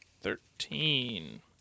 Thirteen